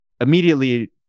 immediately